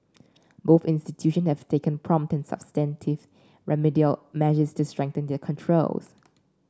both institutions have taken prompt and substantive remedial measures to strengthen their controls